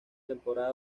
temporada